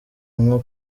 nko